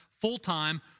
full-time